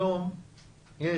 היום יש